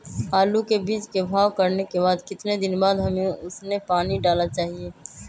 आलू के बीज के भाव करने के बाद कितने दिन बाद हमें उसने पानी डाला चाहिए?